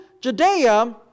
Judea